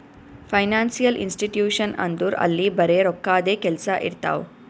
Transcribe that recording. financial institution ಅಂದುರ್ ಅಲ್ಲಿ ಬರೆ ರೋಕ್ಕಾದೆ ಕೆಲ್ಸಾ ಇರ್ತಾವ